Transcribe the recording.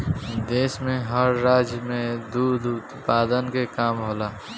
देश में हर राज्य में दुध उत्पादन के काम होला